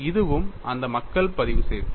இதுவும் அந்த மக்கள் பதிவு செய்ததே